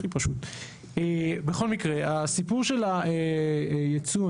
בכל מקרה הסיפור של הייצוא,